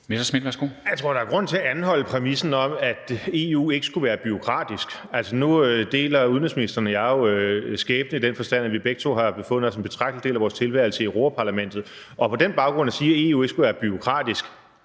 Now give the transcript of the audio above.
Messerschmidt (DF): Jeg tror, der er grund til at anholde præmissen om, at EU ikke skulle være bureaukratisk. Altså, nu deler udenrigsministeren og jeg jo skæbne, i den forstand at vi begge to har befundet os en betragtelig del af vores tilværelse i Europa-Parlamentet, og at man på den baggrund siger, at EU ikke skulle være bureaukratisk,